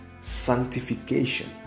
sanctification